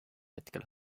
hetkel